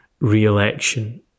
re-election